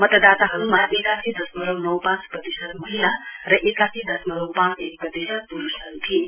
मतदाताहरुमा एकासी दशमलउ नौ पाँच प्रतिशत महिला र एकासी दशमलउ पाँच एक प्रतिशत पुरुषहरु थिए